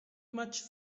much